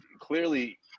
clearly